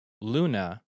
Luna